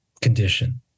condition